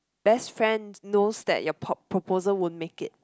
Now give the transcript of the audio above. best friend knows that your pro~ proposal won't make it